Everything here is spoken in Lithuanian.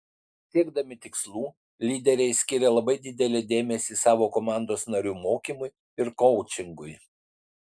siekdami tikslų lyderiai skiria labai didelį dėmesį savo komandos narių mokymui ir koučingui